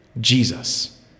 Jesus